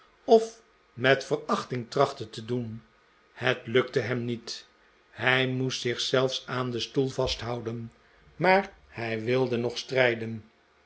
of met verachting trachtte te doen het lukte hem niet hij moest zich zelfs aan den stoel vasthouden maar hij wilde nog strijden